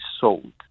sold